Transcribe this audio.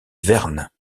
vern